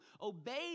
obey